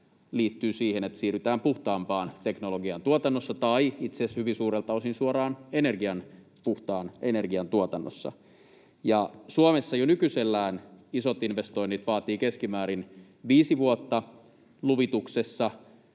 liittyy siihen, että siirrytään puhtaampaan teknologian tuotannossa tai itse asiassa hyvin suurelta osin suoraan energian — puhtaan energian — tuotannossa. Suomessa jo nykyisellään isot investoinnit vaativat keskimäärin viisi vuotta luvituksessa.